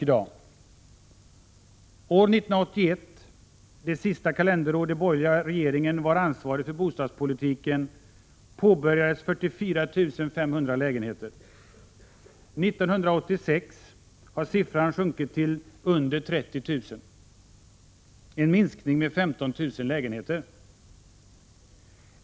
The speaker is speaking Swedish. År 1981 — det sista kalenderår den borgerliga regeringen var ansvarig för bostadspolitiken — påbörjades 44 500 lägenheter. 1986 har siffran sjunkit till under 30 000 — en minskning med 15 000 lägenheter.